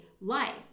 life